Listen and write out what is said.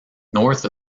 north